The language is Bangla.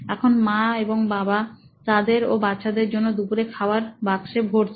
এখানে মা এবং বাবা তাঁদের ও বাচ্চাদের জন্য দুপুরের খাবার বাক্সে ভরেন